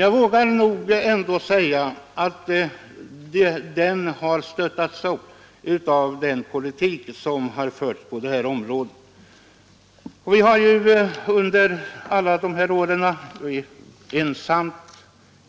Jag vågar nog ändå säga att den har stöttats upp av den politik som har förts på detta område. Vi har under alla dessa år, ensamma